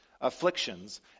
afflictions